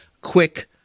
quick